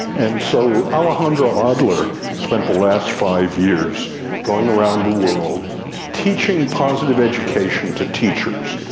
and so alejandro adler spent the last five years going around the world teaching positive education to teachers,